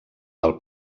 del